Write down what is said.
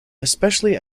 especially